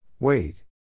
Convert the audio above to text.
Wait